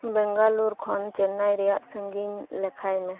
ᱵᱮᱝᱜᱟᱞᱳᱨ ᱠᱷᱚᱱ ᱪᱮᱱᱱᱟᱭ ᱨᱮᱭᱟᱜ ᱥᱟᱺᱜᱤᱧ ᱞᱮᱠᱷᱟᱭ ᱢᱮ